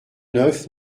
neuf